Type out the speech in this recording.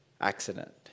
accident